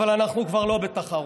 אבל אנחנו כבר לא בתחרות.